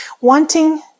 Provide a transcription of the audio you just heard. Wanting